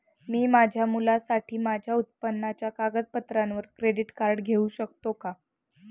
मी माझ्या मुलासाठी माझ्या उत्पन्नाच्या कागदपत्रांवर क्रेडिट कार्ड घेऊ शकतो का?